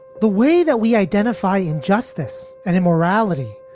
the way that we identify injustice and immorality,